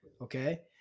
okay